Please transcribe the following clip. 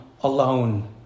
alone